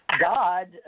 God